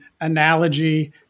analogy